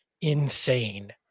insane